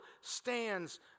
stands